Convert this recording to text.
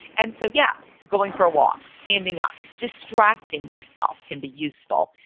and so, yeah, going for a walk, standing up, distracting yourself can be useful.